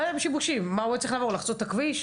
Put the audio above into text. בוא תבדוק לי את העניין של האיזוק,